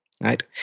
right